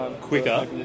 quicker